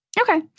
Okay